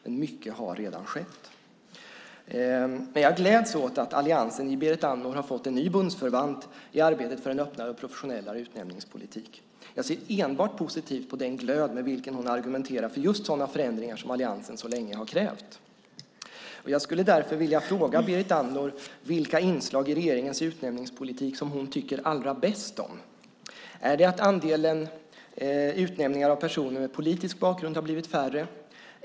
Men mycket har redan skett. Jag gläds åt att alliansen i Berit Andnor har fått en ny bundsförvant i arbetet för en öppnare och professionellare utnämningspolitik. Jag ser enbart positivt på den glöd med vilken hon argumenterar för just sådana förändringar som alliansen så länge har krävt. Jag skulle därför vilja fråga Berit Andnor vilka inslag i regeringens utnämningspolitik som hon tycker allra bäst om. Är det att andelen utnämningar av personer med politisk bakgrund har blivit färre?